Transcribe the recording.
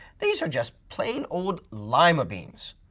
these are just plain old lima beans.